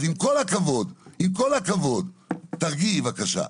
אז עם כל הכבוד, עם כל הכבוד, תרגיעי בבקשה.